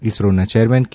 ઇસરોના ચેરમેન કે